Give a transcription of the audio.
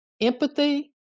empathy